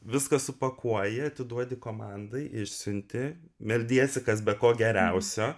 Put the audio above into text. viską supakuoji atiduodi komandai išsiunti meldiesi kas be ko geriausio